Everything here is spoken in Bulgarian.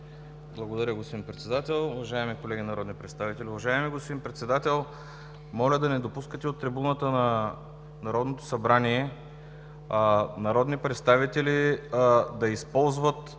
Благодаря Ви, господин Председател. Уважаеми колеги народни представители! Уважаеми господин Председател, моля да не допускате от трибуната на Народното събрание народни представители да използват